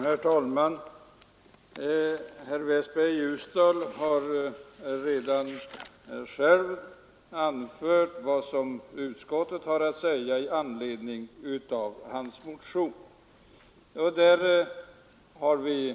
Herr talman! Herr Westberg i Ljusdal har redan själv anfört vad utskottet har att säga i anledning av hans och herr Henmarks motion. Vi har